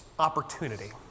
Opportunity